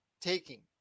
taking